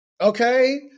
Okay